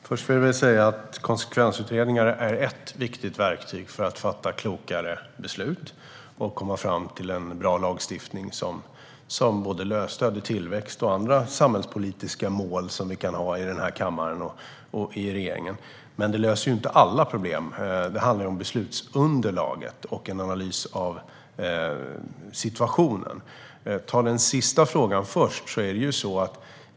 Fru talman! Konsekvensutredningar är ett viktigt verktyg för att fatta klokare beslut och komma fram till en bra lagstiftning som stöder både tillväxt och andra samhällspolitiska mål som vi kan ha i den här kammaren och i regeringen. Men detta verktyg löser inte alla problem. Det handlar om beslutsunderlaget och en analys av situationen. Jag tar den sista frågan först.